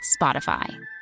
Spotify